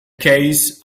case